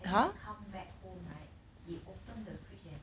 and then I come back home right he opened the fridge and